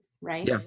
right